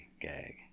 gag